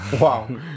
Wow